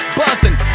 buzzing